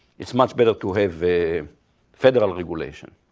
it's much better to have a federal regulation.